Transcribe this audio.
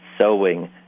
sowing